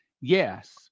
yes